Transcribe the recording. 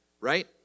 right